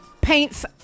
paints